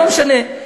לא משנה.